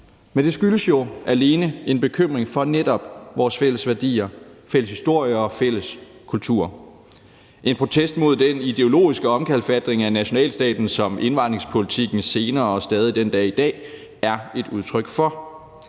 Men det skyldes jo alene en bekymring for netop vores fælles værdier, fælles historie og fælles kultur. Det er en protest mod den ideologiske omkalfatring af nationalstaten, som indvandringspolitikken tidligere og stadig den dag i dag er et udtryk for.